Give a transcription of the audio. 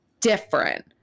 different